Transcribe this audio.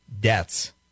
deaths